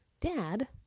Dad